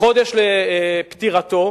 חודש לפטירתו,